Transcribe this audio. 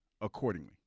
accordingly